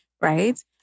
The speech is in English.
Right